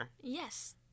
Yes